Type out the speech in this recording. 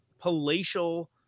palatial